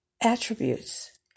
attributes